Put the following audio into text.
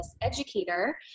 educator